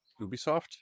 Ubisoft